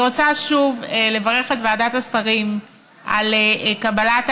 אני רוצה שוב לברך את ועדת השרים על קבלת